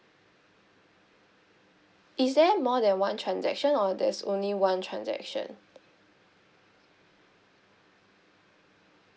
is there more than one transaction or there's only one transaction